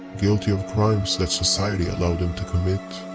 guilty of crimes that society allowed them to commit.